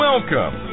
Welcome